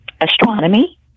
astronomy